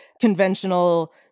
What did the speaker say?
conventional